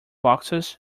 boxes